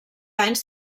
anys